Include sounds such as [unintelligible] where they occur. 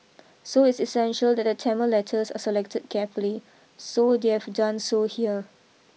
so it's essential that the Tamil letters are selected carefully so [unintelligible] they've done so here